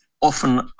often